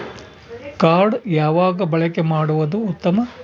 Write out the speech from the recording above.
Card ಯಾವಾಗ ಬಳಕೆ ಮಾಡುವುದು ಉತ್ತಮ?